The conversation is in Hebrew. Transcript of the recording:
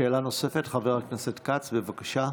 שאלה נוספת, חבר הכנסת כץ, בבקשה.